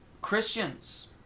christians